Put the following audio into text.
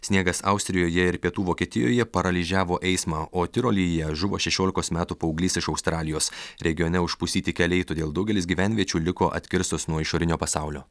sniegas austrijoje ir pietų vokietijoje paralyžiavo eismą o tirolyje žuvo šešiolikos metų paauglys iš australijos regione užpustyti keliai todėl daugelis gyvenviečių liko atkirstos nuo išorinio pasaulio